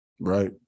Right